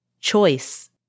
choice